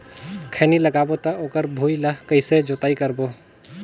खैनी लगाबो ता ओकर भुईं ला कइसे जोताई करबो?